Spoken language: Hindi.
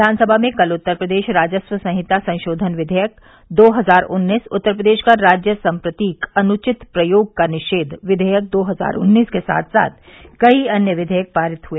विघानसभा में कल उत्तर प्रदेश राजस्व संहिता संशोधन विधेयक दो हजार उन्नीस उत्तर प्रदेश का राज्य सम्प्रतीक अनुचित प्रयोग का निषेच विधेयक दो हजार उन्नीस के साथ साथ कई अन्य विधेयक पारित हुए